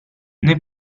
noi